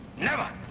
never!